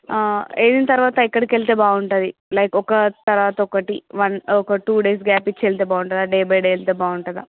వెళ్ళిన తర్వాత ఎక్కడికి వెళ్తే బాగుంటుంది లైక్ ఒక తర్వాత ఒకటి వన్ ఒక టూ డేస్ గ్యాప్ ఇచ్చి వెళ్తే బాగుంటుందా డే బై డే వెళ్తే బాగుంటుందా